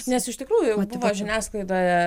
nes iš tikrųjų žiniasklaida